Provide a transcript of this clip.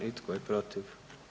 I tko je protiv?